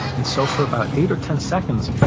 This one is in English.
and so for about eight or ten seconds,